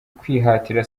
kwihatira